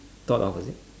thought of is it